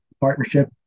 partnership